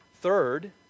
Third